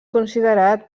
considerat